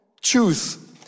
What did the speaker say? Choose